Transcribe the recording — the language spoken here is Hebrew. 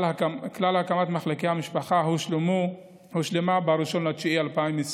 הקמת כלל מחלקי המשפחה הושלמה ב-1 בספטמבר